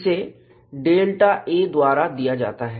इसे Δa द्वारा दिया जाता है